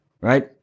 Right